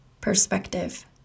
perspective